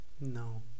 No